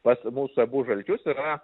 pas mūsų abu žalčius yra